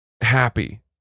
happy